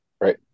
right